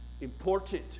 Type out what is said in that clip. important